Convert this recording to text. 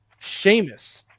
Seamus